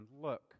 look